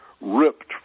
ripped